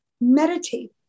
meditate